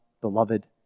beloved